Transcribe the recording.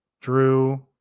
Drew